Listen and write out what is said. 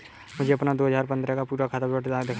मुझे अपना दो हजार पन्द्रह का पूरा खाता विवरण दिखाएँ?